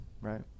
Right